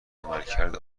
عملکرد